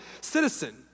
citizen